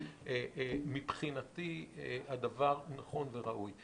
מבחינתי הדבר נכון וראוי.